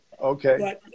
Okay